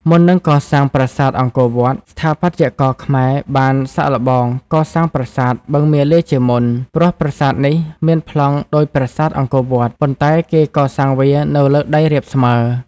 មុននឹងកសាងប្រាសាទអង្គរវត្ត ស្ថាបត្យករខ្មែរបានសាកល្បង កសាងប្រាសាទ បឹងមាលាជាមុន ព្រោះប្រាសាទនេះមានប្លង់ដូចប្រាសាទអង្គរវត្ត ប៉ុន្តែគេកសាងវានៅលើដីរាបស្មើ។